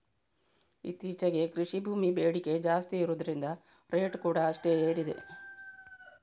ಇತ್ತೀಚೆಗೆ ಕೃಷಿ ಭೂಮಿ ಬೇಡಿಕೆ ಜಾಸ್ತಿ ಇರುದ್ರಿಂದ ರೇಟ್ ಕೂಡಾ ಅಷ್ಟೇ ಏರಿದೆ